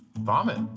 vomit